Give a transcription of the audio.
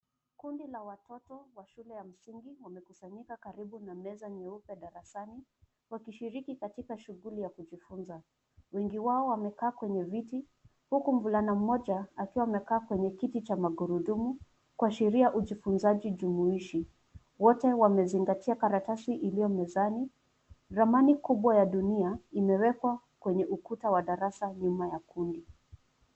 Kundi la watoto wa shule ya msingi wamekusanyika karibu na meza nyeupe darasani, wakishiriki katika shughuli ya kujifunza. Wengi wao wamekaa kwenye viti, huku mvulana mmoja akiwa amekaa kwenye kiti cha magurudumu kuashiria ujifunzaji jumuishi. Wote wamezingatia karatasi iliyo mezani. Ramani kubwa ya dunia imewekwa kwenye ukuta wa darasa nyuma ya kundi.